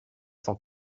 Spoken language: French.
cent